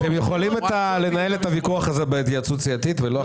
אתם יכולים לנהל את הוויכוח הזה בהתייעצות סיעתית ולא עכשיו?